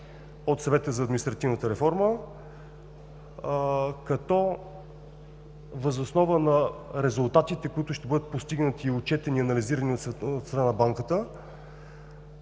от Съвета за административната реформа, като въз основа на резултатите, които ще бъдат постигнати, отчетени и анализирани от страна на Банката,